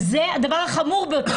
וזה הדבר החמור ביותר,